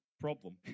problem